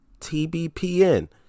TBPN